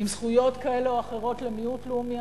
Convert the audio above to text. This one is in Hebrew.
עם זכויות כאלה או אחרות למיעוט לאומי,